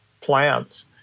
plants